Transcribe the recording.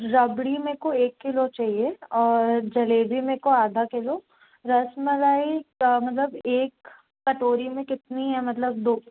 रबड़ी मेरे को एक किलो चाहिए और जलेबी मेको आधा किलो रसमलाई का मतलब एक कटोरी में कितनी है मतलब दो